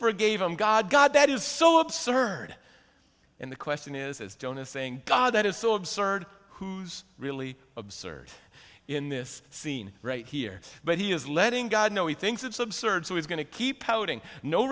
for gave him god god that is so absurd and the question is is jonah saying god that is so absurd who's really absurd in this scene right here but he is letting god know he thinks it's absurd so he's going to keep putting no